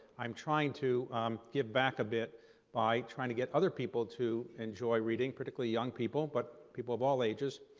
i'm trying to get back a bit by trying to get other people to enjoy reading particularly young people, but people of all ages.